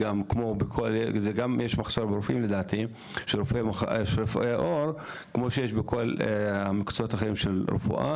יש מחסור ברופאי עור לדעתי כמו בכל שאר מקצועות הרפואה